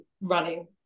running